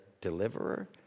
deliverer